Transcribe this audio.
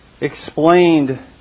explained